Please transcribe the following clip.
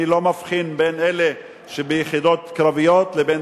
אני לא מבחין בין אלה שביחידות קרביות לבין